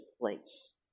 place